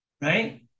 right